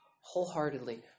wholeheartedly